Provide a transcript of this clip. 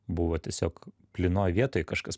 buvo tiesiog plynoj vietoj kažkas